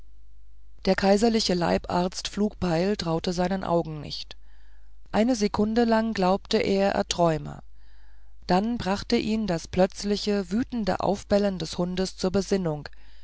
der kaiserliche leibarzt flugbeil traute seinen augen nicht eine sekunde lang glaubte er er träume dann brachte ihn das plötzliche wütende aufbellen des hundes zur besinnung